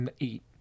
eight